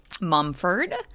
Mumford